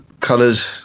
colours